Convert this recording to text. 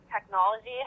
technology